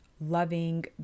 loving